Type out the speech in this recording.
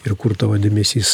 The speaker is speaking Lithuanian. ir kur tavo dėmesys